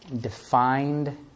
defined